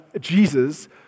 Jesus